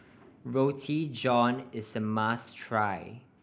Roti John is a must try